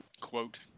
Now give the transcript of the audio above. Quote